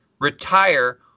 retire